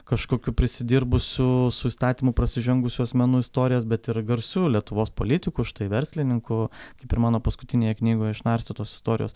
kažkokių prisidirbusių su įstatymu prasižengusių asmenų istorijas bet ir garsių lietuvos politikų štai verslininkų kaip ir mano paskutinėje knygoje išnarstytos istorijos